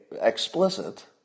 explicit